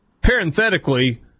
parenthetically